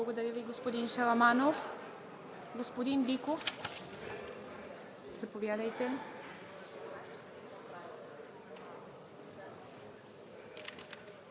Благодаря Ви, господин Шаламанов. Господин Биков, заповядайте.